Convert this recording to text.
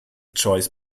choice